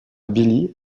billy